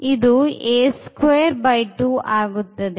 ಆಗುತ್ತದೆ